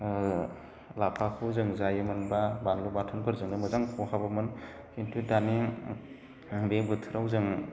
लाफाखौ जों जायोमोन बा बानलु बाथोनफोरजोंनो मोजां खहाबोमोन खिन्थु दानि बे बोथोराव जों